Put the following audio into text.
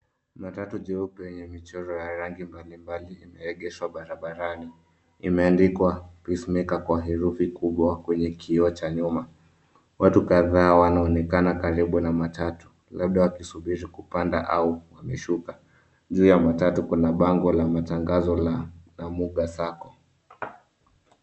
Matatu jeupe yenye michoro ya rangi mbalimbali imeegeshwa barabarani. Imeendikwa peace maker kwa herufi kubwa kwenye kioo cha nyuma. Watu kadhaa wanaonekana karibu na matatu, labda wakisubiri kupanda au wameshuka. Juu ya matatu kuna bango la matangazo la Muga Sacco.